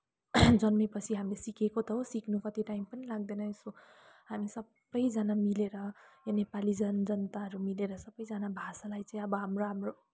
जन्मिएपछि हामीले सिकेको त हो सिक्नु कति टाइम पनि लाग्दैन हामी सबैजना मिलेर नेपाली जन जनताहरू मिलेर सबैजना भाषालाई चाहिँ अब हाम्रो हाम्रो